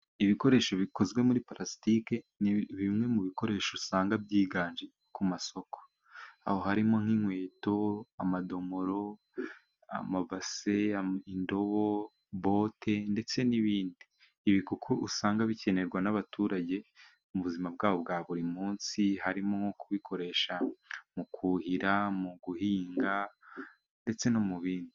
Ibikoresho bikozwe muri palasitiki ni bimwe mu bikoresho usanga byiganje ku masoko, aho harimo nk'inkweto, amadomoro, amabase, indobo, bote ndetse n'ibindi. Ibi kuko usanga bikenerwa n'abaturage mu buzima bwabo bwa buri munsi, harimo kubikoresha mu kuhira mu guhinga ndetse no mu bindi.